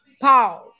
Pause